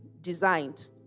designed